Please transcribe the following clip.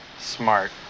Smart